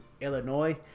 Illinois